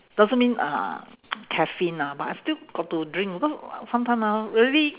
doesn't mean uh caffeine ah but I still got to drink because sometime ah really